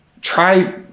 try